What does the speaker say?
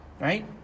right